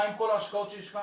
מה עם כל ההשקעות שהשקענו?